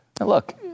look